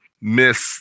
miss